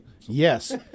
Yes